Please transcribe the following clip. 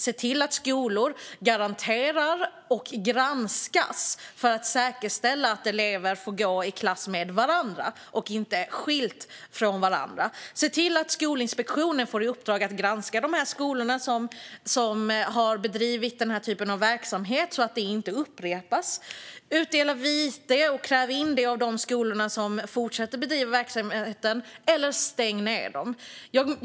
Se till att skolor granskas så att man säkerställer att eleverna får gå i klasser med varandra och inte skilda från varandra! Se till att Skolinspektionen får i uppdrag att granska de skolor som har bedrivit denna typ av verksamhet så att det inte upprepas! Utdela vite till de skolor som fortsätter att bedriva verksamheten eller stäng dem!